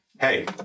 hey